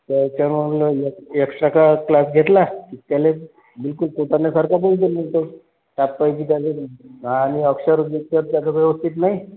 तर त्यामुळे मग एक्स एक्स्ट्रा क्लास क्लास घेतला की त्याला बिलकुल कोपरल्यासारखा बोलजो मग तो पाच पैकी त्याला दहा आणि अक्षर बिक्षर त्याचं व्यवस्थित नाही